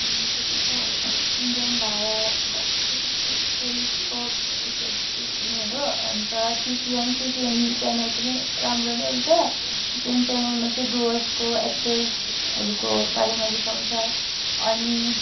के पो हुन्छ हौ इन्डियन भारत के पो थियो हौ टेलिस्कोप इत्यादि यिनीहरू अन्त सिसिएन सिसिएन च्यानल पनि राम्रो नै हुन्छ सिसिएन च्यानलमा चाहिँ डुवर्सको एक्टर्सहरूको बारेमा देखाउँछ अनि